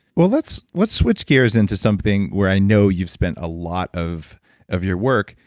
well, let's let's switch gears into something where i know you've spent a lot of of your work,